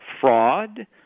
fraud